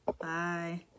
Bye